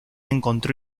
encontró